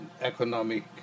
economic